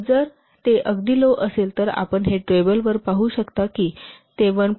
जर ते अगदी लो असेल तर आपण हे टेबल वर पाहू शकता की ते 1